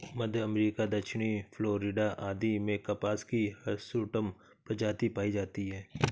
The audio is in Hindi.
मध्य अमेरिका, दक्षिणी फ्लोरिडा आदि में कपास की हिर्सुटम प्रजाति पाई जाती है